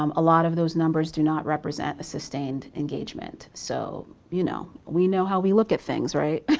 um a lot of those numbers do not represent a sustained engagement. so, you know, we know how we look at things, right.